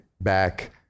back